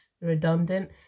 redundant